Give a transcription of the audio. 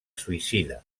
suïcida